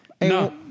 No